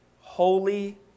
holy